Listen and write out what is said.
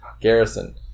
Garrison